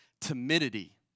timidity